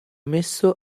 messo